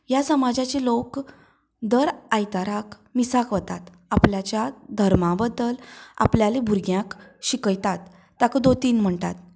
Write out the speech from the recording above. ह्या समाजाचे लोक दर आयताराक मिसाक वतात आपल्याच्या धर्मा बद्दल आपल्या भुरग्यांक शिकयतात ताका दोतोन म्हणटात